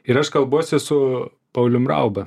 ir aš kalbuosi su paulium rauba